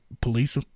police